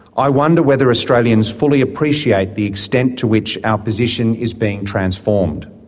i wonder whether australians fully appreciate the extent to which our position is being transformed.